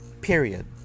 period